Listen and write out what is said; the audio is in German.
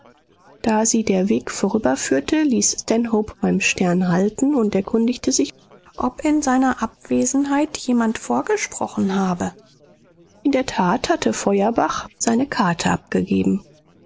da sie der weg vorüberführte ließ stanhope beim stern halten und erkundigte sich ob in seiner abwesenheit jemand vorgesprochen habe in der tat hatte feuerbach seine karte abgegeben